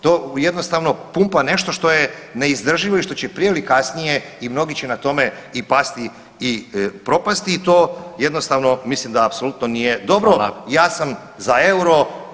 To jednostavno pumpa nešto što je neizdrživo i što će prije ili kasnije i mnogi će na tome i pasti i propasti i to jednostavno mislim da apsolutno nije dobro [[Upadica Radin: Hvala.]] Ja sam za euro.